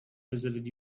visited